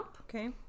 Okay